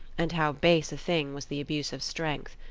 and how base a thing was the abuse of strength.